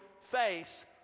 face